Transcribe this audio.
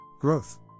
Growth